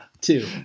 Two